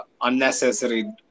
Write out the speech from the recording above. unnecessary